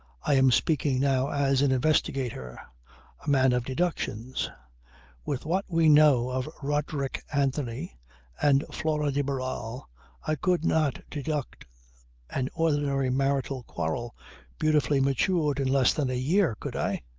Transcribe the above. i am speaking now as an investigator a man of deductions with what we know of roderick anthony and flora de barral i could not deduct an ordinary marital quarrel beautifully matured in less than a year could i?